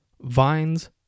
Vines